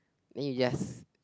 then you just